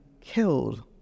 killed